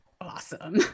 Awesome